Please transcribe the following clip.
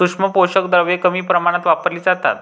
सूक्ष्म पोषक द्रव्ये कमी प्रमाणात वापरली जातात